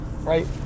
right